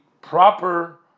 proper